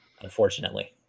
unfortunately